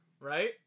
right